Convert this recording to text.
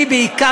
בעיקר,